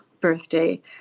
birthday